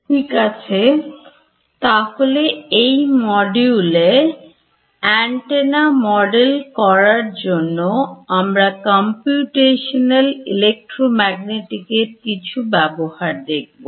ঠিক আছে তাহলে এই মডিউলে অ্যান্টেনা মডেল করার জন্য আমরা কম্পিউটেশনাল ইলেক্ট্রোম্যাগনেটিক এর কিছু ব্যবহার দেখব